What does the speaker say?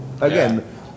Again